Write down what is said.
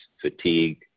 fatigue